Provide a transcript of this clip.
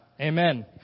Amen